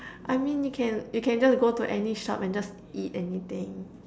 I mean you can you can just go to any shop and just eat anything